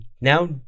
now